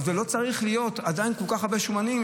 אבל זה לא צריך להיות כי עדיין יש כל כך הרבה "שומנים".